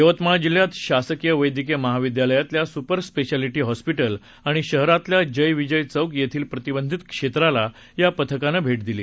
यवतमाळ जिल्ह्यात शासकीय वद्धकीय महाविद्यालयातील सुपर स्पेशालिटी हॉस्पीटल आणि शहरातील जय विजय चौक येथील प्रतिबंधित क्षेत्राला या पथकानं भेट दिली